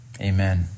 Amen